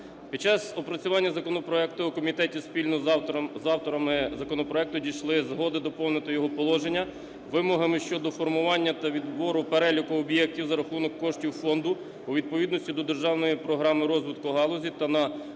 Під час опрацювання законопроекту в комітеті спільно з авторами дійшли згоди доповнити його положення вимогами щодо формування та відбору переліку об'єктів за рахунок коштів фонду у відповідності до державної програми розвитку галузі та на